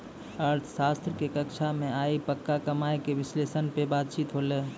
अर्थशास्त्रो के कक्षा मे आइ पक्का कमाय के विश्लेषण पे बातचीत होलै